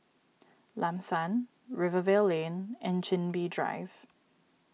Lam San Rivervale Lane and Chin Bee Drive